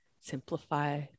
Simplify